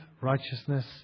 righteousness